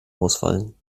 ausfallen